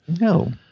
No